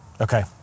Okay